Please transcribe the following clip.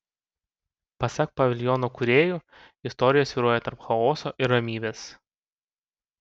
pasak paviljono kūrėjų istorija svyruoja tarp chaoso ir ramybės